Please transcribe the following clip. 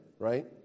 Right